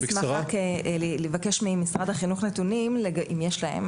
אני אשמח ואבקש לקבל ממשרד החינוך נתונים אם יש להם,